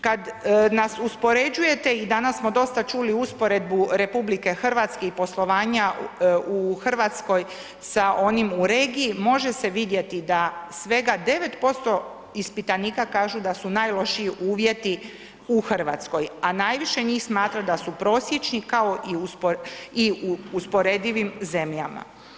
Kad nas uspoređujete i danas smo dosta čuli usporedbu RH i poslovanja u Hrvatskoj sa onim u regiji, može se vidjeti da svega 9% ispitanika kažu da su najlošiji uvjeti u Hrvatskoj, a najviše njih smatra da su prosječni kao i u usporedivim zemljama.